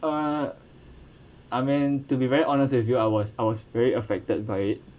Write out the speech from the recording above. uh I mean to be very honest with you I was I was very affected by it